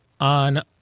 on